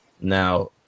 Now